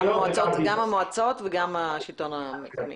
גם המועצות וגם השלטון המקומי.